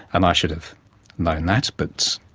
and i should have known that, but,